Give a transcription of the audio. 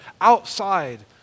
outside